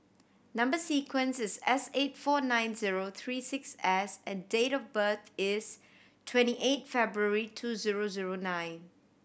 number sequence is S eight four nine zero three six S and date of birth is twenty eight February two zero zero nine